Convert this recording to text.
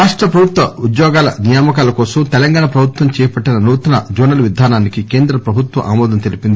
రాష్ట ప్రభుత్వ ఉద్యోగాల నియామకాల కోసం తెలంగాణ ప్రభుత్వం చేపట్టిన నూతన జోనల్ విధానానికి కేంద్ర ప్రభుత్వం ఆమోదం తెలిపింది